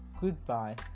Goodbye